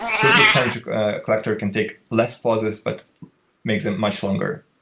so but kind of collector can take less pauses, but makes it much longer.